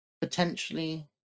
potentially